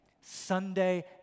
Sunday